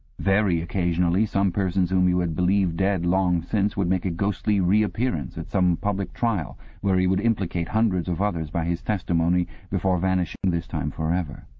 very occasionally some person whom you had believed dead long since would make a ghostly reappearance at some public trial where he would implicate hundreds of others by his testimony before vanishing, this time for ever.